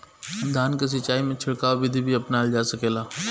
धान के सिचाई में छिड़काव बिधि भी अपनाइल जा सकेला?